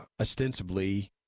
ostensibly